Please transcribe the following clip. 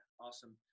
awesome